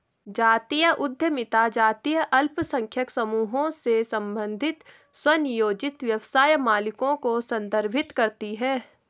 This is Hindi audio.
जातीय उद्यमिता जातीय अल्पसंख्यक समूहों से संबंधित स्वनियोजित व्यवसाय मालिकों को संदर्भित करती है